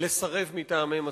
לסרב מטעמי מצפון.